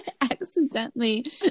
accidentally